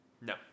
No